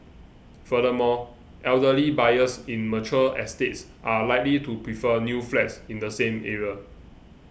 furthermore elderly buyers in mature estates are likely to prefer new flats in the same area